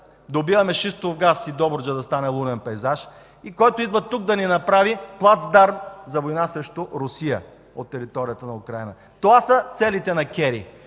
добиваме шистов газ и Добруджа да стане голям пейзаж и който идва тук да ни направи плацдарм за война срещу Русия от територията на Украйна. Това са целите на Кери.